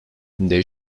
they